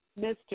Mr